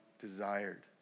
desired